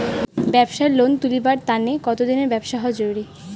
ব্যাবসার লোন তুলিবার তানে কতদিনের ব্যবসা হওয়া জরুরি?